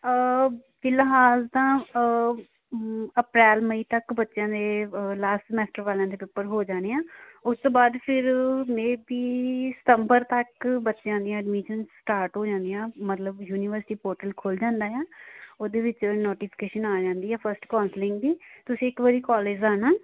ਫਿਲਹਾਲ ਤਾਂ ਅਪ੍ਰੈਲ ਮਈ ਤੱਕ ਬੱਚਿਆਂ ਦੇ ਲਾਸਟ ਸੈਮਸਟਰ ਵਾਲਿਆਂ ਦੇ ਪੇਪਰ ਹੋ ਜਾਣੇ ਆ ਉਸ ਤੋਂ ਬਾਅਦ ਫਿਰ ਮੇ ਬੀ ਸਤੰਬਰ ਤੱਕ ਬੱਚਿਆਂ ਦੀਆਂ ਐਡਮਿਸ਼ਨ ਸਟਾਰਟ ਹੋ ਜਾਂਦੀਆਂ ਮਤਲਬ ਯੂਨੀਵਰਸਿਟੀ ਪੋਰਟਲ ਖੁੱਲ੍ਹ ਜਾਂਦਾ ਆ ਉਹਦੇ ਵਿੱਚ ਨੋਟੀਫਿਕੇਸ਼ਨ ਆ ਜਾਂਦੀ ਆ ਫਸਟ ਕੌਂਸਲਿੰਗ ਦੀ ਤੁਸੀਂ ਇੱਕ ਵਾਰੀ ਕੋਲੇਜ ਆਉਣਾ